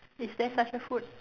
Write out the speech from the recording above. is there such a food